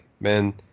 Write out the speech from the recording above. man